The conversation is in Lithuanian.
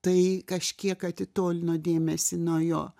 tai kažkiek atitolino dėmesį nuo jo